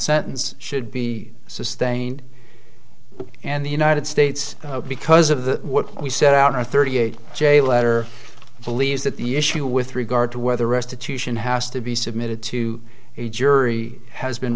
sentence should be sustained and the united states because of the what we set out are thirty eight j letter believes that the issue with regard to whether restitution has to be submitted to a jury has been